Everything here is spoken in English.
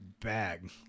bag